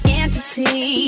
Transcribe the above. entity